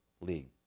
league